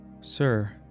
Sir